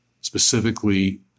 specifically